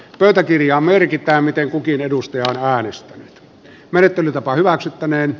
pöytäkirjaan merkitään miten kukin edustaja vahvisti menettelytapa hyväksyttäneen